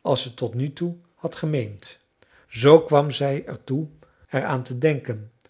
als ze tot nu toe had gemeend zoo kwam zij er toe er aan te denken